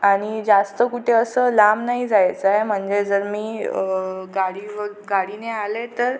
आणि जास्त कुठे असं लांब नाही जायचं आहे म्हणजे जर मी गाडीवर गाडीने आले तर